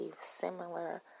similar